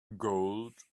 gold